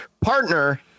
partner